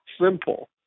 simple